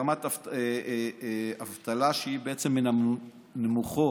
ברמת אבטלה שהיא מן הנמוכות.